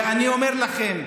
ואני אומר לכם,